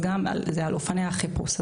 אז זה גם על אופני החיפוש.